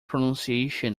pronunciation